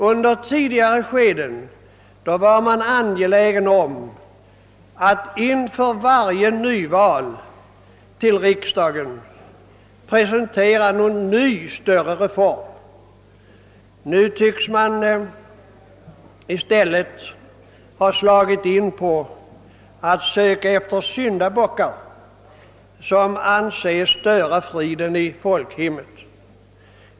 Under tidigare skeden var man angelägen om att inför varje val till riksdagen presentera någon ny större reform. Nu tycks man i stället ha slagit in på att söka efter 'syndabockar som anses störa friden i folkhemmet.